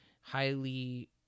highly